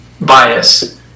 bias